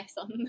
on